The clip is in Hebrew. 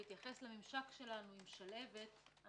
בהתייחס לממשק שלנו עם שלהבת,